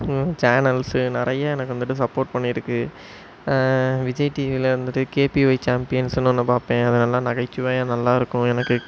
channels நிறையா எனக்கு வந்துவிட்டு சப்போர்ட் பண்ணியிருக்கு விஜய் டிவியில் வந்துவிட்டு கே பி ஒய் சேம்பியன்ஸுன்னு ஒன்று பார்ப்பேன் அது நல்லா நகைச்சுவையாக நல்லாயிருக்கும் எனக்கு